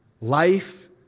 Life